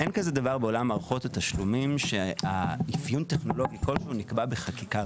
אין כזה דבר בעולם מערכות התשלומים שאפיון טכנולוגי כלשהו נקבע בחקיקה.